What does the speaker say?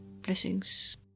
Blessings